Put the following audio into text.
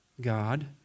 God